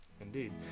indeed